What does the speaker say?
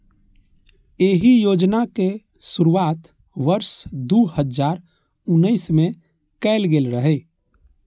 एहि योजनाक शुरुआत वर्ष दू हजार उन्नैस मे कैल गेल रहै